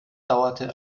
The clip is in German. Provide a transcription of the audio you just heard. dauerte